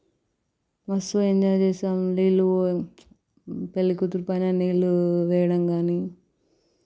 మస్తుగా ఎంజాయ్ చేశాం నీళ్ళు పెళ్ళికూతురు పైన నీళ్ళు వేయడం కానీ